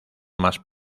más